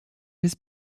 his